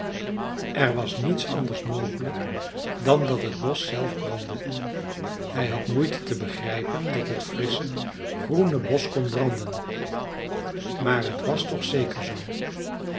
er was niets anders mogelijk dan dat het bosch zelf brandde hij had moeite te begrijpen dat het frissche groene bosch kon branden maar het was toch zeker zoo